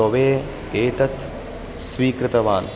तोवे एतत् स्वीकृतवान्